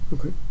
Okay